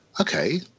okay